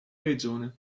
regione